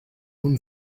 own